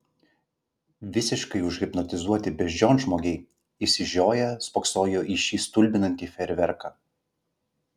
visiškai užhipnotizuoti beždžionžmogiai išsižioję spoksojo į šį stulbinantį fejerverką